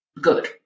good